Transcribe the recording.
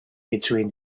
between